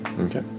Okay